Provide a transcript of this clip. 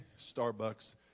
Starbucks